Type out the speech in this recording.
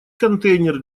контейнер